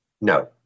No